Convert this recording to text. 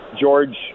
George